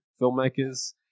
filmmakers